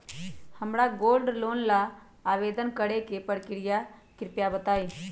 हमरा gold loan ला आवेदन करे के प्रक्रिया कृपया बताई